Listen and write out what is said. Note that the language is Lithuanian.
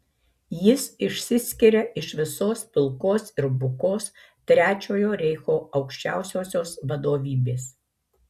jis išsiskiria iš visos pilkos ir bukos trečiojo reicho aukščiausiosios vadovybės